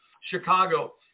Chicago